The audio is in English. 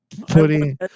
putting